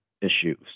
issues